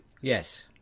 yes